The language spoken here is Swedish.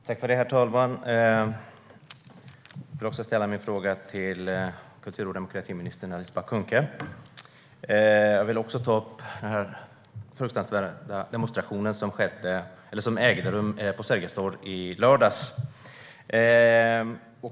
Herr talman! Även jag vill ställa min fråga till kultur och demokratiminister Alice Bah Kuhnke och ta upp den fruktansvärda demonstrationen som ägde rum på Sergels torg i lördags.